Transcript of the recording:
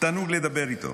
תענוג לדבר איתו.